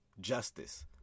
Justice